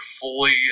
fully